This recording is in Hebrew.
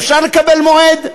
אפשר לקבל מועד?